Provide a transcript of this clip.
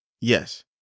Yes